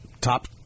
top